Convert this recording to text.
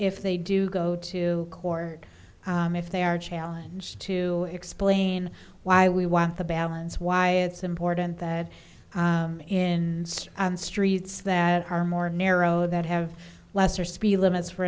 if they do go to court if they are a challenge to explain why we want the balance why it's important that in streets that are more narrow that have lesser speed limits for